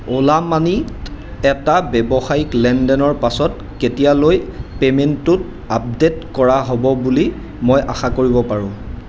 অ'লা মানিত এটা ব্যৱসায়িক লেনদেনৰ পাছত কেতিয়ালৈ পে'মেণ্টটোত আপডেট কৰা হ'ব বুলি মই আশা কৰিব পাৰোঁ